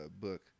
book